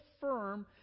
firm